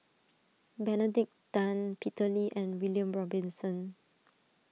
Benedict Tan Peter Lee and William Robinson